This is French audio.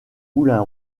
moulin